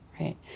right